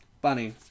Bunny